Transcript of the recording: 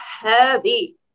heavy